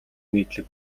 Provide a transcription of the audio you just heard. нийтлэг